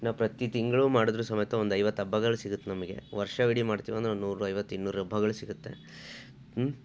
ನಾವು ಪ್ರತಿ ತಿಂಗಳು ಮಾಡಿದರೂ ಸಮೇತ ಒಂದು ಐವತ್ತು ಹಬ್ಬಗಳು ಸಿಗುತ್ತೆ ನಮಗೆ ವರ್ಷವಿಡೀ ಮಾಡ್ತೀವಿ ಅಂದರೆ ಒಂದು ನೂರೈವತ್ತು ಇನ್ನೂರು ಹಬ್ಬಗಳು ಸಿಗುತ್ತೆ